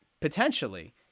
potentially